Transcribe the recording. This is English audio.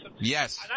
Yes